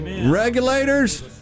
Regulators